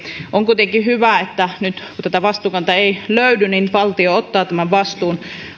on kuitenkin hyvä että nyt kun tätä vastuunkantajaa ei löydy valtio ottaa vastuun